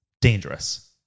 dangerous